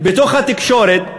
בתקשורת,